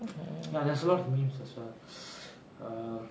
ya there's a lot of memes as well um